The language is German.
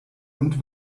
und